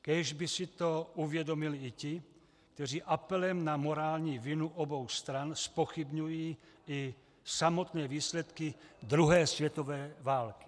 Kéž by si to uvědomili i ti, kteří apelem na morální vinu obou stran zpochybňují i samotné výsledky druhé světové války.